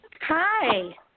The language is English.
Hi